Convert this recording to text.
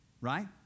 right